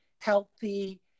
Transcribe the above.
healthy